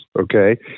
okay